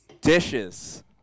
Dishes